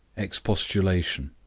expostulation.